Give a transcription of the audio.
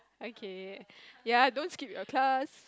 okay ya don't skip your class